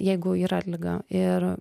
jeigu yra liga ir